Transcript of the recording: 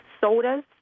sodas